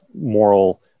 moral